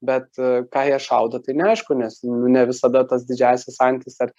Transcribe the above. bet ką jie šaudo tai neaišku nes nu ne visada tas didžiąsias antis ar